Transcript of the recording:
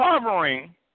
covering